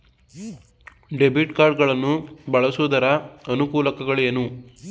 Debit card ಗಳನ್ನು ಬಳಸುವುದರ ಅನಾನುಕೂಲಗಳು ಏನು?